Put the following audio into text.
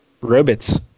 robots